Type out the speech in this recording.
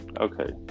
Okay